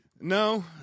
No